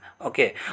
okay